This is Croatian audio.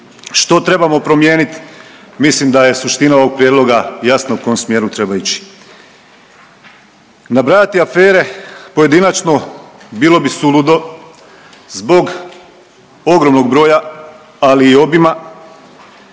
Što trebamo promijeniti? Mislim da je suština ovog Prijedloga jasna u kojem smjeru treba ići. Nabrajati afere pojedinačno bilo bi suludo zbog ogromnog broja, ali i obima,